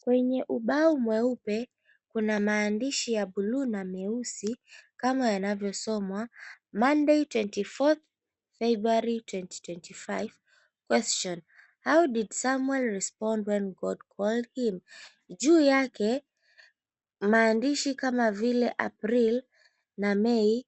Kwenye ubao mweupe kuna maandishi ya buluu na meusi kama yanavyosomwa 'Monday 24th February 2025, Question: How did Samuel respond when God called him?' Juu yake, maandishi kama vile, April na May